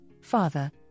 father